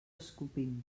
escopim